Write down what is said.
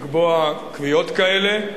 לקבוע קביעות כאלה,